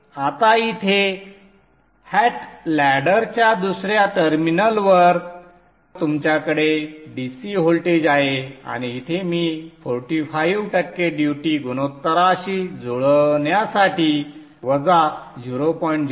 आता इथे hat लॅडरच्या दुसऱ्या टर्मिनलवर तुमच्याकडे DC व्होल्टेज आहे आणि इथे मी 45 टक्के ड्युटी गुणोत्तराशी जुळण्यासाठी वजा 0